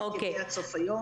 יגיע עד סוף היום.